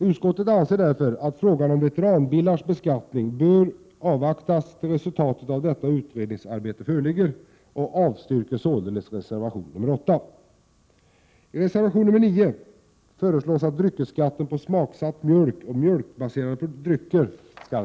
Utskottet anser därför att frågan om veteranbilars beskattning bör avvaktas, tills resultatet av detta utredningsarbete föreligger, och avstyrker således reservation nr 8.